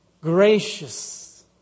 gracious